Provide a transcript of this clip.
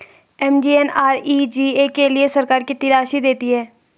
MGNREGA के लिए सरकार कितनी राशि देती है?